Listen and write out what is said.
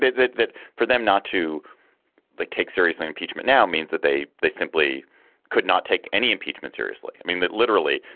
that that for them not to like take seriously impeachment now means that they they simply could not take any impeachment seriously. i mean that literally.